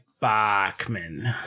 Bachman